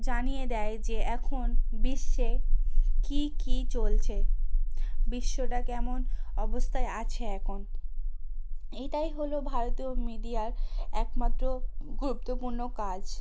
জানিয়ে দেয় যে এখন বিশ্বে কী কী চলছে বিশ্বটা কেমন অবস্থায় আছে এখন এইটাই হলো ভারতীয় মিডিয়ার একমাত্র গুরুত্বপূর্ণ কাজ